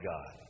God